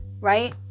right